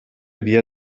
via